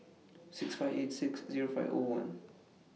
six five eight six Zero five O one